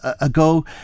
ago